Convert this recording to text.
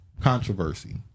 controversy